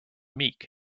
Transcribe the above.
meek